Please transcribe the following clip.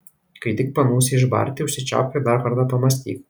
kai tik panūsi išbarti užsičiaupk ir dar kartą pamąstyk